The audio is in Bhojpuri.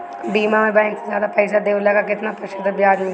बीमा में बैंक से ज्यादा पइसा देवेला का कितना प्रतिशत ब्याज मिलेला?